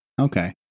Okay